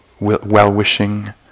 well-wishing